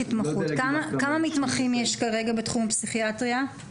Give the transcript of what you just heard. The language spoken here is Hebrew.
כמה מתמחים יש כרגע בתחום הפסיכיאטריה?